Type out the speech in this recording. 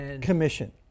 Commission